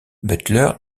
butler